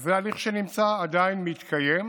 זה הליך שעדיין מתקיים,